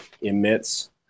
emits